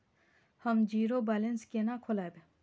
हम zero balance केना खोलैब?